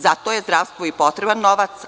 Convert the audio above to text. Zato je zdravstvu potreban novac.